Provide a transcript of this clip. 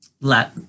let